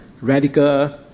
radical